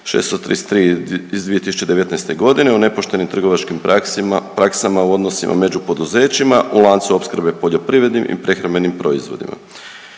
633 iz 2019.g. o nepoštenim trgovačkim praksima, praksama u odnosima među poduzećima u lancu opskrbe poljoprivrednim i prehrambenim proizvodima.